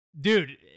dude